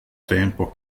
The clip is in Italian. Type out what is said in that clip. tempo